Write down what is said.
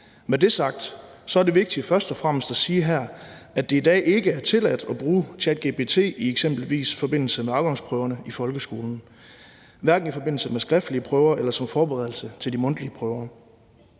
Med det sagt er det vigtigt først og fremmest at sige her, at det i dag ikke er tilladt at bruge ChatGPT eksempelvis i forbindelse med afgangsprøverne i folkeskolen, hverken i forbindelse med skriftlige prøver eller som forberedelse til de mundtlige prøver.